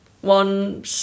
one